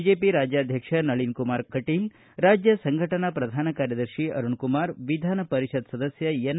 BJP ರಾಜ್ಯಾಧ್ಯಕ್ಷ ನಳೀನ್ಕುಮಾರ್ ಕಟೀಲ್ ರಾಜ್ಯ ಸಂಘಟನಾ ಪ್ರಧಾನ ಕಾರ್ಯದರ್ಶಿ ಅರುಣ್ಕುಮಾರ್ ವಿಧಾನ ಪರಿಷತ್ ಸದಸ್ತ ಎನ್